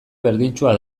berdintsua